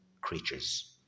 creatures